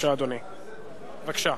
בבקשה,